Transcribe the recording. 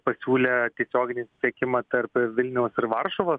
pasiūlė tiesioginį susiekimą tarp vilniaus ir varšuvos